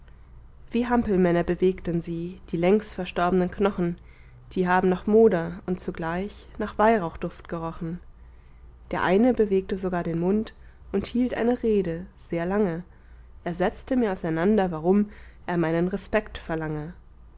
wie hampelmänner bewegten sie die längstverstorbenen knochen die haben nach moder und zugleich nach weihrauchduft gerochen der eine bewegte sogar den mund und hielt eine rede sehr lange er setzte mir auseinander warum er meinen respekt verlange